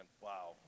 wow